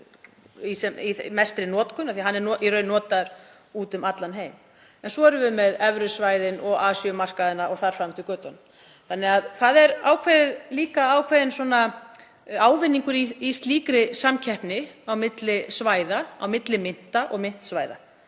Þannig að það er ákveðinn ávinningur í slíkri samkeppni á milli svæða, á milli mynta og myntsvæða,